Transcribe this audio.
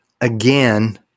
again